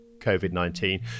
COVID-19